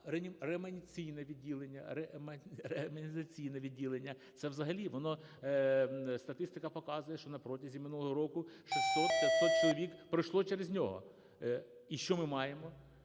реанімаційне відділення – це взагалі… Воно, статистика показує, що на протязі минулого року 600, 500 чоловік пройшло через нього. І що ми маємо?